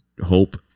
hope